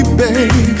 baby